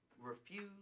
refuse